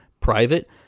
private